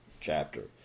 chapter